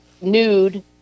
nude